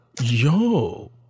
Yo